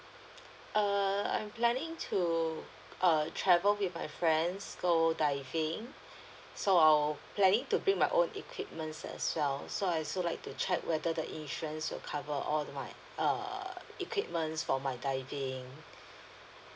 err I'm planning to uh travel with my friends go diving so I'll planning to bring my own equipment's as well so I also like to check whether the insurance will cover all my err equipment's for my diving